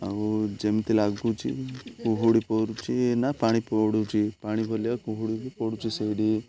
ଆଉ ଯେମିତି ଲାଗୁଛି କୁହୁଡ଼ି ପଡ଼ୁଛି ନା ପାଣି ପଡ଼ୁଛି ପାଣି ପଇଲେ କୁହୁଡ଼ି ବି ପଡ଼ୁଛି ସେଇଠି